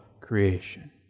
creation